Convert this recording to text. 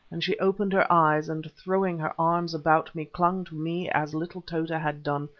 and she opened her eyes, and throwing her arms about me clung to me as little tota had done,